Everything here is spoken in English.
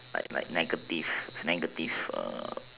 like like negative negative